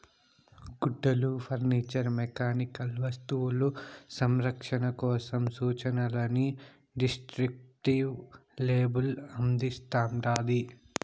గుడ్డలు furniture mechanical వస్తువులు సంరక్షణ కోసం సూచనలని డిస్క్రిప్టివ్ లేబుల్ అందిస్తాండాది